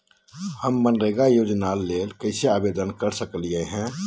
हम मनरेगा योजना ला कैसे आवेदन कर सकली हई?